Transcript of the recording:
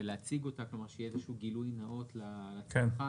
ולהציג אותה כדי שיהיה איזה גילוי נאות לצרכן,